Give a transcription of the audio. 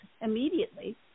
immediately